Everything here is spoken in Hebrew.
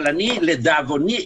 אבל לדאבוני,